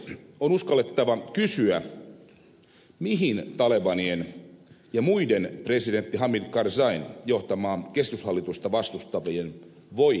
on uskallettava kysyä mihin talebanien ja muiden presidentti hamid karzain johtamaa keskushallitusta vastustavien voima perustuu